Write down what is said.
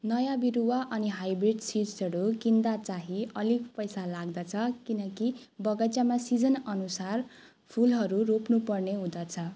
नयाँ बिरुवा अनि हाइब्रिड सिड्सहरू किन्दा चाहिँ अलिक पैसा लाग्दछ किनकि बगैँचामा सिजन अनुसार फुलहरू रोप्नु पर्ने हुँदछ